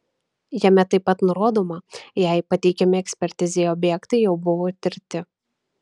jame taip pat nurodoma jei pateikiami ekspertizei objektai jau buvo tirti